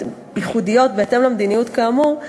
בהתאם למדיניות כאמור,